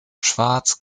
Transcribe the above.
schwarz